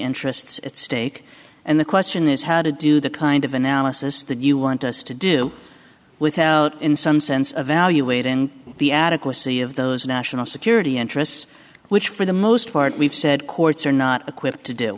interests at stake and the question is how to do the kind of analysis that you want us to do without in some sense of value weight in the adequacy of those national security interests which for the most part we've said courts are not equipped to do